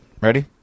Ready